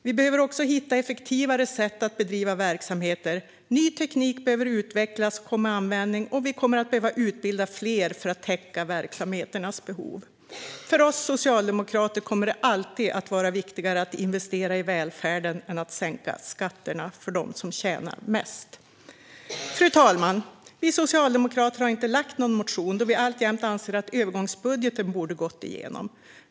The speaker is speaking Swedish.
Vi behöver också hitta effektivare sätt att bedriva verksamheter. Ny teknik behöver utvecklas och komma i användning, och vi kommer att behöva utbilda fler för att täcka verksamheternas behov. För oss socialdemokrater kommer det alltid att vara viktigare att investera i välfärden än att sänka skatterna för dem som tjänar mest. Fru talman! Vi socialdemokrater har inte väckt någon motion, då vi alltjämt anser att övergångsbudgeten borde ha gått igenom.